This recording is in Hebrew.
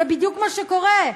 זה בדיוק מה שקורה,